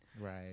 Right